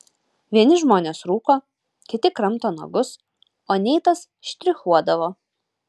vieni žmonės rūko kiti kramto nagus o neitas štrichuodavo